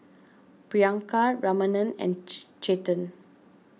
Priyanka Ramanand and Chetan